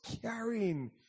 carrying